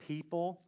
People